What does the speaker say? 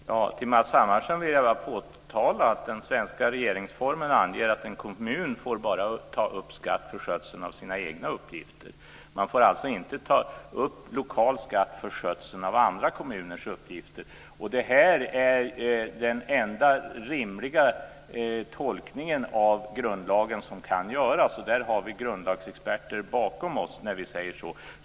Fru talman! Till Matz Hammarström vill jag bara påtala att den svenska regeringsformen anger att en kommun bara får ta upp skatt för skötseln av sina egna uppgifter. Man får alltså inte ta upp lokal skatt för skötseln av andra kommuners uppgifter. Det här är den enda rimliga tolkning av grundlagen som kan göras, och vi har grundlagsexperter bakom oss när vi säger så.